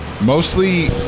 Mostly